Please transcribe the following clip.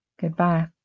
Goodbye